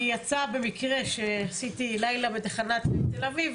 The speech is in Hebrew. כי יצא במקרה שעשיתי לילה בתחנת תל אביב,